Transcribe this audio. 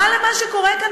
מה למה שקורה כאן,